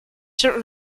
certain